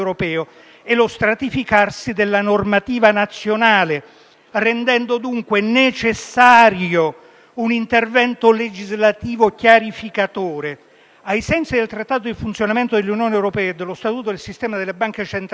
e lo stratificarsi della normativa nazionale, rendendo dunque necessario un intervento legislativo chiarificatore. Ai sensi del Trattato sul funzionamento dell'Unione europea e dello statuto del Sistema europeo di banche centrali